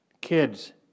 kids